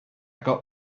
got